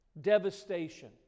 Devastation